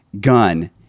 gun